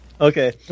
Okay